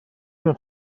not